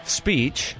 speech